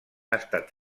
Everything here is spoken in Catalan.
estat